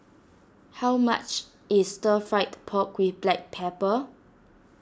how much is Stir Fried Pork with Black Pepper